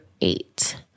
eight